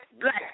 black